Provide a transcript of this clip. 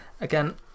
Again